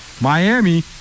Miami